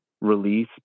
release